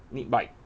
need bike